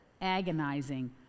agonizing